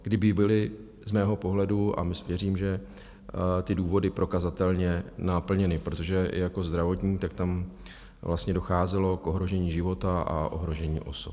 Kdyby byly z mého pohledu, a věřím, že ty důvody prokazatelně naplněny, protože jako zdravotník, tak tam vlastně docházelo k ohrožení života a ohrožení osob.